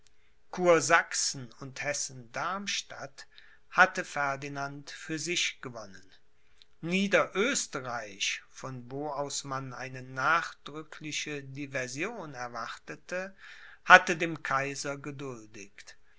kursachsen und hessen-darmstadt hatte ferdinand für sich gewonnen niederösterreich von wo aus man eine nachdrückliche diversion erwartete hatte dem kaiser gehuldigt